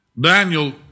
Daniel